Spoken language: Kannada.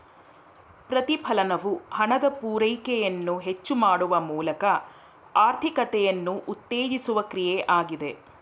ಪ್ರತಿಫಲನವು ಹಣದ ಪೂರೈಕೆಯನ್ನು ಹೆಚ್ಚು ಮಾಡುವ ಮೂಲಕ ಆರ್ಥಿಕತೆಯನ್ನು ಉತ್ತೇಜಿಸುವ ಕ್ರಿಯೆ ಆಗಿದೆ